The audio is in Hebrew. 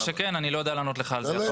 אני לא יודע לענות לך על זה עכשיו.